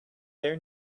their